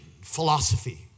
philosophy